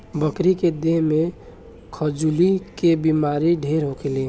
बकरी के देह में खजुली के बेमारी ढेर होखेला